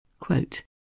Quote